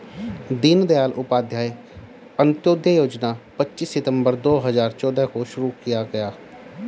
दीन दयाल उपाध्याय अंत्योदय योजना पच्चीस सितम्बर दो हजार चौदह को शुरू किया गया